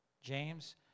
James